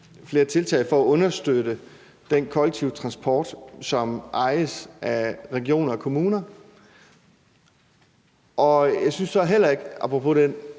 flere tiltag for at understøtte den kollektive transport, som ejes af kommuner og regioner.